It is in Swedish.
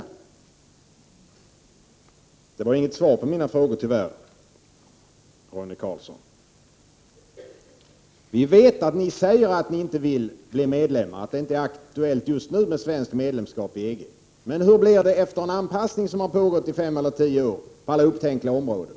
Tyvärr var det inget svar på mina frågor, Roine Carlsson. Vi vet att ni säger att det inte är aktuellt just nu med svenskt medlemskap i EG. Men hur blir det efter den anpassning som pågått i 5—10 år på alla upptänkliga områden?